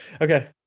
Okay